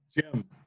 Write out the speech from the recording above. Jim